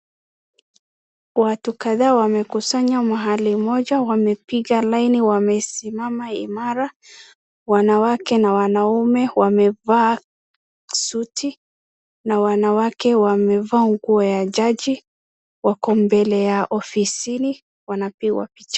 Watu kadhaa wamekusanya mahali moja, wamepiga laini wamesimama imara. Wanawake na wanaume wamevaa suti na wanawake wamevaa nguo ya jaji wako mbele ya ofisini wanapigwa picha.